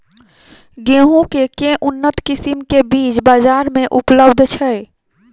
गेंहूँ केँ के उन्नत किसिम केँ बीज बजार मे उपलब्ध छैय?